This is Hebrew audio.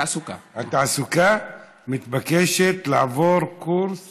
התעסוקה מתבקשת לעבור קורס